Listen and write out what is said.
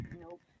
Nope